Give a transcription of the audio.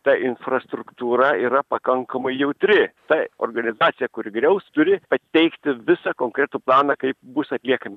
ta infrastruktūra yra pakankamai jautri taip organizacija kuri griaus turi pateikti visą konkretų planą kaip bus atliekami